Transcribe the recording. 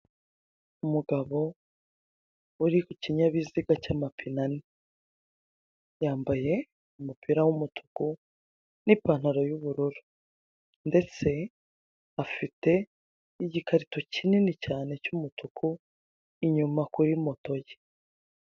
Umugabo uri ku kinyabiziga cy'amapine ane. Yambaye umupira w'umutuku, n'ipantaro y'ubururu, ndetse afite igikarito kinini cyane cy'umutuku, inyuma kuri moto ye.